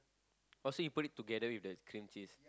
oh so you put it together with the cream cheese